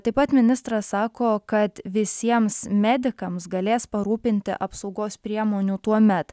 taip pat ministras sako kad visiems medikams galės parūpinti apsaugos priemonių tuomet